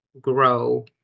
grow